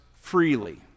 freely